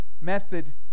method